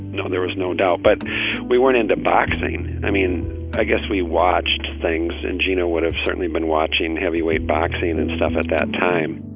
no, there was no doubt. but we weren't into boxing. i mean i guess we watched things, and geno would have certainly been watching heavyweight boxing and stuff at that time.